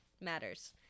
matters